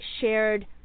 shared